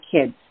kids